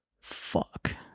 fuck